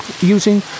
using